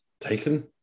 Taken